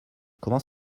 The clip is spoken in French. comment